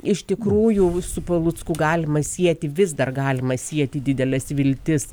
iš tikrųjų su palucku galima sieti vis dar galima sieti dideles viltis